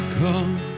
come